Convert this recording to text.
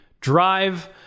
drive